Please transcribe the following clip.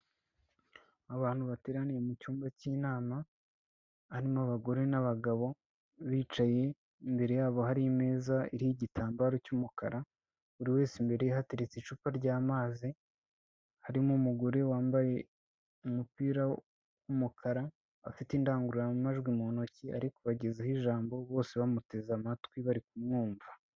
Abantu bateraniye mu cyumba cy'inama harimo abagore n'abagabo bicaye, imbere yabo harimeza irigitambaro cy'umukara buri wese imbere hateretse icupa ryamazi harimo umugore wambaye umupira w'umukara afite indangururamajwi mu ntoki ari kubagezaho ijambo bose bamuteze amatwi bari kumwumva.